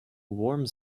warms